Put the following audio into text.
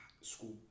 school